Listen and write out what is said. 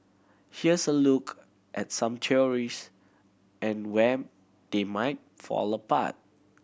here's a look at some theories and where they might fall apart